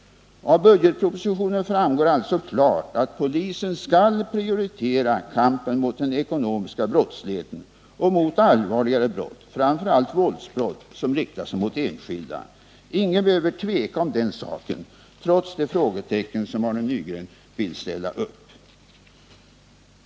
Av budgetpropositionen framgår alltså klart att polisen skall prioritera kampen mot den ekonomiska brottsligheten samt mot allvarligare brott — framför allt våldsbrott — som riktar sig mot enskilda. Ingen behöver tveka om den saken trots de frågetecken som Arne Nygren vill ställa upp.